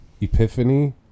Epiphany